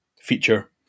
feature